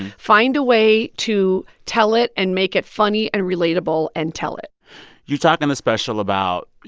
find a way to tell it, and make it funny and relatable, and tell it you talked on the special about, you